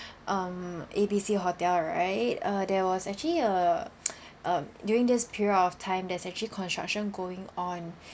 um A B C hotel right uh there was actually a a during this period of time there's actually construction going on